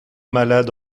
malade